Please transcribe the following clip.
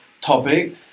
topic